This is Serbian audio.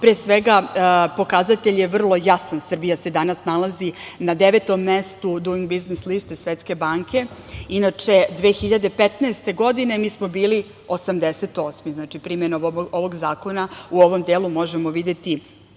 Pre svega pokazatelj je vrlo jasan, Srbija se danas nalazi na 9. mestu „Duing biznis liste“ Svetske banke. Inače, 2015. godine mi smo bili 88. Znači, primenom ovog zakona u ovom delu možemo videti